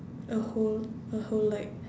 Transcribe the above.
a whole a whole like